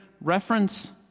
reference